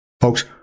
folks